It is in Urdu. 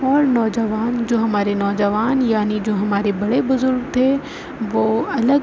اور نوجوان جو ہمارے نوجوان یعنی جو ہمارے بڑے بزرگ تھے وہ الگ